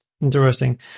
Interesting